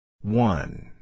One